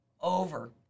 over